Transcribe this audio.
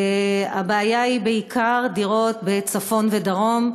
הבעיה היא בעיקר בדירות בצפון ובדרום,